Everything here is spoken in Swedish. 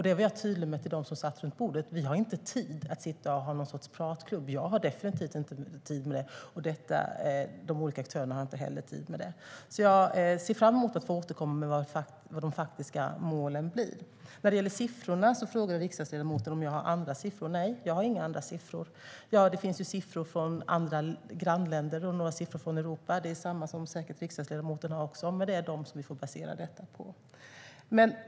Det var jag tydlig med till dem som satt runt bordet. Vi har inte tid att sitta och ha någon sorts pratklubb. Jag har definitivt inte tid med det. De olika aktörerna har inte heller tid med det. Jag ser fram emot att få återkomma med vad de faktiska målen blir. När det gäller siffrorna frågade riksdagsledamoten om jag har andra siffror. Nej, jag har inga andra siffror. Det finns siffror från grannländer och några från Europa. Det är säkert samma som riksdagsledamoten har. Det är dem vi får basera detta på.